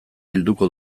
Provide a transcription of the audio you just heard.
bilduko